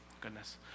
Goodness